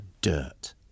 dirt